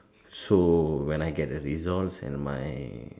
so when I get the results and my